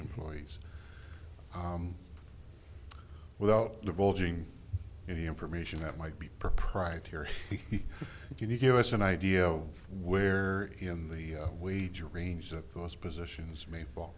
employees without divulging any information that might be proprietary can you give us an idea of where in the wager range that those positions ma